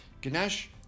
Ganesh